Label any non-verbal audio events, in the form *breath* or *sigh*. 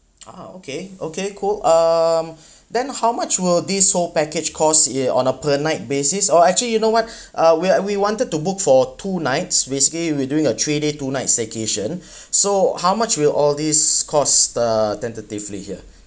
ah okay okay cool uh then how much will this whole package cost uh on a per night basis or actually you know what uh we're we wanted to book for two nights basically we doing a three day two night staycation *breath* so how much will all this cost the tentatively here